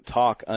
talk